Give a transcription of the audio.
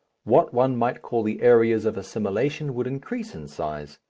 what one might call the areas of assimilation would increase in size.